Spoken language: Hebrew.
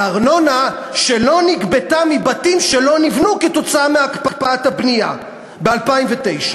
ארנונה שלא נגבתה מבתים שלא נבנו כתוצאה מהקפאת הבנייה ב-2009.